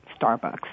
Starbucks